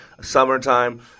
summertime